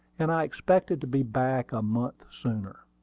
and i expected to be back a month sooner.